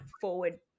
forward